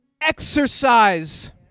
exercise